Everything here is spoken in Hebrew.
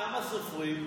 כמה סופרים?